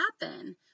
happen